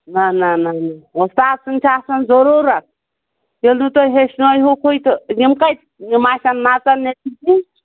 نہَ نہَ نہَ نہَ وۅستاد سُنٛد چھُ آسان ضروٗرَت ییٚلہِ نہَ تُہۍ ہیٚچھنٲیہوٗکھ تہٕ یِم کَتہِ یِم آسٮ۪ن نژان نٮ۪برۍ کِنۍ